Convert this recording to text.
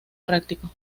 prácticos